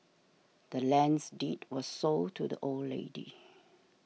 the land's deed was sold to the old lady